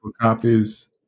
copies